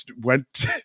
went